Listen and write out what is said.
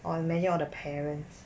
!wah! many of the parents